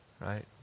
Right